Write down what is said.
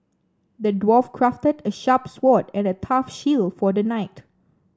the dwarf crafted a sharp sword and a tough shield for the knight